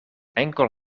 enkel